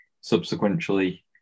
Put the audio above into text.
subsequently